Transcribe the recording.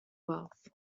wealth